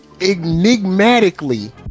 enigmatically